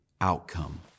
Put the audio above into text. outcome